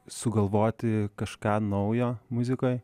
sugalvoti kažką naujo muzikoj